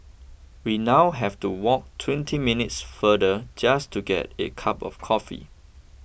we now have to walk twenty minutes farther just to get a cup of coffee